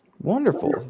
Wonderful